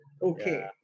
okay